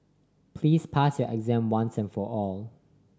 please pass your exam once and for all